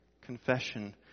Confession